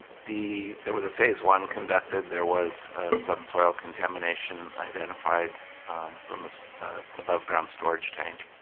the there was a phase one conducted there was some soil contamination identified from this above ground storage tank.